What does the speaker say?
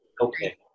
okay